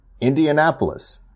Indianapolis